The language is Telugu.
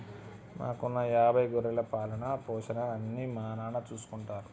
మాకున్న యాభై గొర్రెల పాలన, పోషణ అన్నీ మా నాన్న చూసుకుంటారు